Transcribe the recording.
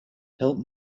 help